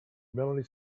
melanie